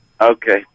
Okay